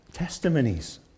Testimonies